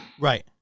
Right